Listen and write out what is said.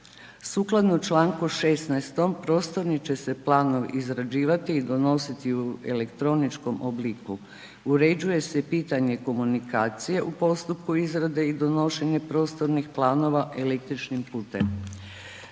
Sukladno čl. 16. prostornim će se planom izrađivati i donositi u elektroničkom obliku. Uređuje se i pitanje komunikacije u postupku izrade i donošenja prostornih planova električnim putem.